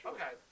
Okay